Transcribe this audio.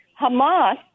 Hamas